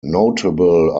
notable